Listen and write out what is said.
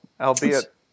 albeit